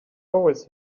always